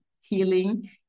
healing